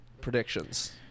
Predictions